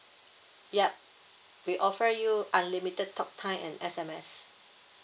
yup we offer you unlimited talk time and S_M_S